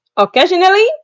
Occasionally